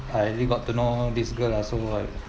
I already got to know this girl ah so I